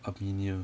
armenia